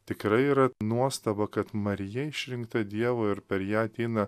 tikrai yra nuostaba kad marija išrinkta dievo ir per ją ateina